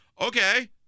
Okay